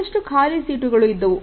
ಬಹಳಷ್ಟು ಖಾಲಿ ಸೀಟುಗಳು ಇದ್ದವು